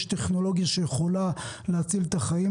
יש טכנולוגיה שיכולה להציל חיים.